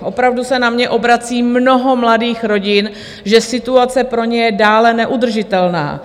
Opravdu se na mě obrací mnoho mladých rodin, že situace pro ně je dále neudržitelná.